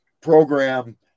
program